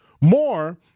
more